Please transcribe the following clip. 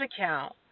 account